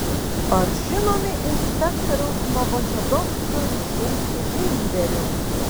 ar žinomi inspektoriaus novočadovskio ryšiai su bimberiu